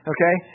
Okay